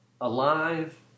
alive